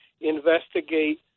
investigate